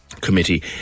Committee